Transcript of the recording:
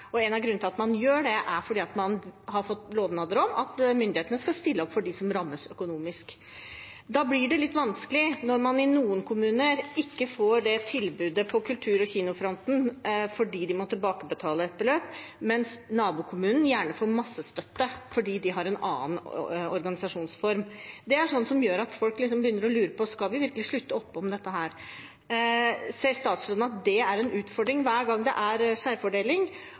Og en av grunnene til at man gjør det, er at man har fått lovnader om at myndighetene skal stille opp for dem som rammes økonomisk. Da blir det litt vanskelig når man i noen kommuner ikke får det tilbudet på kulturhus- og kinofronten fordi de må tilbakebetale et beløp, mens man i nabokommunen gjerne får masse støtte fordi de har en annen organisasjonsform. Det er sånt som gjør at folk begynner å lure: Skal vi virkelig slutte opp om dette? Ser statsråden at det er en utfordring hver gang det er